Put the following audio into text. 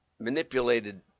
manipulated